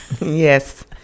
Yes